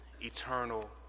eternal